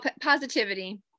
Positivity